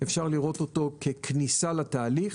אפשר לראות אותו ככניסה לתהליך.